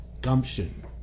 gumption